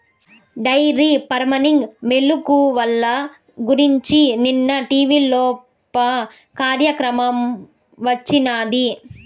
dairy farming మెలుకువల గురించి నిన్న టీవీలోప కార్యక్రమం వచ్చినాది